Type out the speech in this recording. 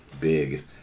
big